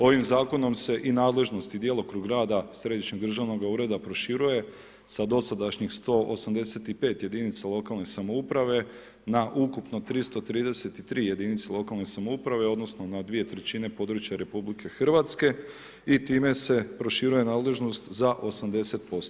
Ovim zakonom se i nadležnost i djelokrug rada središnjeg državnog ureda proširuje sa dosadašnjih 185 jedinica lokalne samouprave na ukupno 333 jedinice lokalne samouprave, odnosno na dvije trećine područja RH i time se proširuje nadležnost za 80%